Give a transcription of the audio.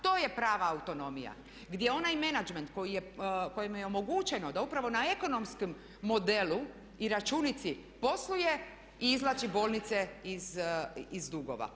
To je prava autonomija gdje onaj menadžment kojemu je omogućeno da upravo na ekonomskom modelu i računici posluje i izvlači bolnice iz dugova.